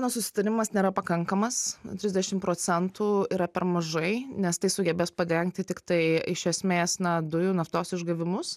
na susitarimas nėra pakankamas trisdešimt procentų yra per mažai nes tai sugebės padengti tiktai iš esmės na dujų naftos išgavimus